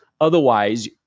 otherwise